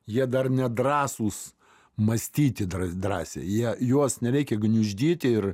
jie dar nedrąsūs mąstyti drą drąsiai jie juos nereikia gniuždyti ir